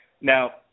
Now